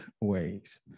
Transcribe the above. ways